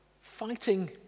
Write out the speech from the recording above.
fighting